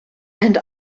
and